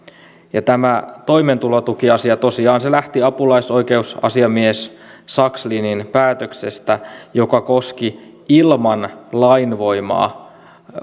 tämä toimeentulotukiasia tosiaan lähti apulaisoikeusasiamies sakslinin päätöksestä joka koski ilman lainvoimaa